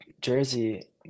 Jersey